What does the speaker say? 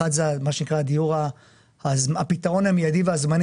אחד זה מה שנקרא הפתרון המיידי והזמני